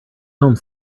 home